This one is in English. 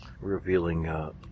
revealing